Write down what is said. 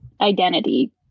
identity